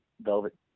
velvet